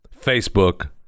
Facebook